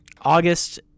August